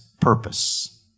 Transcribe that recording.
purpose